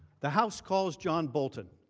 the house calls john bolton.